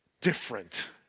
different